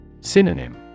Synonym